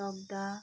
तकदाह